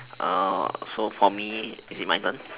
uh so for me is it my turn